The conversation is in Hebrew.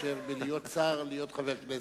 מאשר לשר להתרגל להיות חבר כנסת,